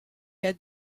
had